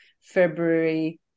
February